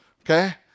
Okay